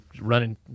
running